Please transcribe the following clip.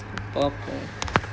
பாப்போம்:paappom